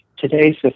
today's